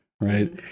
Right